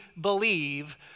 believe